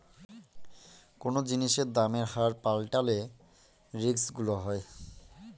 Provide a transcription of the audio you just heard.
কোনো জিনিসের দামের হার পাল্টালে রিস্ক গুলো হয়